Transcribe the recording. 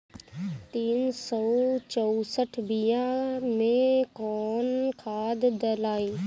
तीन सउ चउसठ बिया मे कौन खाद दलाई?